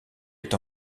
est